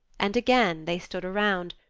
and again they stood around,